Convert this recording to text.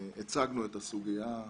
הצגנו את הסוגיה.